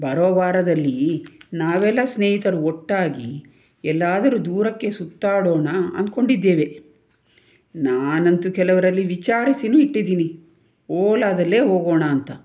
ಬರೋ ವಾರದಲ್ಲಿ ನಾವೆಲ್ಲ ಸ್ನೇಹಿತರು ಒಟ್ಟಾಗಿ ಎಲ್ಲಾದರೂ ದೂರಕ್ಕೆ ಸುತ್ತಾಡೋಣ ಅನ್ಕೊಂಡಿದ್ದೇವೆ ನಾನಂತೂ ಕೆಲವರಲ್ಲಿ ವಿಚಾರಿಸಿಯೂ ಇಟ್ಟಿದ್ದೀನಿ ಓಲಾದಲ್ಲೇ ಹೋಗೋಣ ಅಂತ